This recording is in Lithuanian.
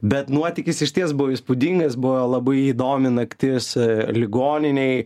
bet nuotykis išties buvo įspūdingas buvo labai įdomi naktis ligoninėj